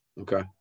Okay